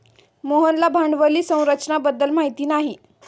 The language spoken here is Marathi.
मोहनला भांडवली संरचना बद्दल माहिती नाही